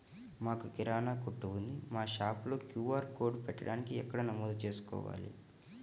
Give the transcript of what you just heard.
మాకు కిరాణా కొట్టు ఉంది మా షాప్లో క్యూ.ఆర్ కోడ్ పెట్టడానికి ఎక్కడ నమోదు చేసుకోవాలీ?